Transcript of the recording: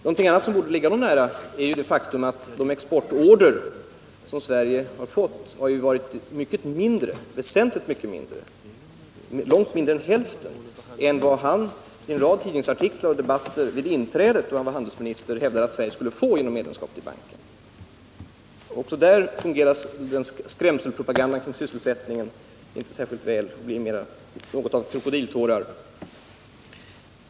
Något som för det andra borde ligga honom nära är att de exportorder som Sverige har fått har legat långt under hälften av vad han i en rad tidningsartiklar och debatter i samband med inträdet, då han var handelsminister, hävdade att Sverige skulle få genom medlemskap i banken. Inte heller i det avseendet fungerar skrämselpropagandan mot sysselsättningen särskilt väl — den blir något av krokodiltårar.